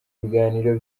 ibiganiro